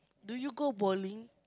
do you go bowling